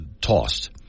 tossed